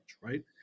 right